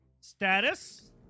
Status